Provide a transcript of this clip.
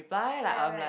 right right